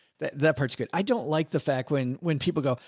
that that part's good. i don't like the fact when, when people go,